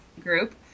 group